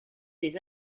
des